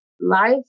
life